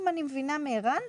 אם אני מבינה מערן,